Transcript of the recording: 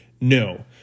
No